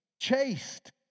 chaste